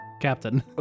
captain